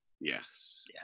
Yes